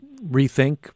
rethink